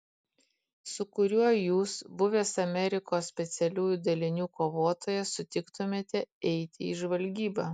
su kuriuo jūs buvęs amerikos specialiųjų dalinių kovotojas sutiktumėte eiti į žvalgybą